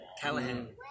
Callahan